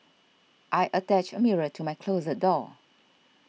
I attached mirror to my closet door